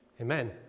Amen